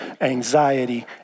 anxiety